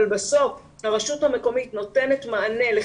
על איזו אכסניה את